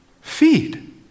Feed